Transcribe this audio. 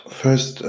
first